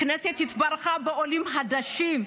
הכנסת התברכה בעולים חדשים.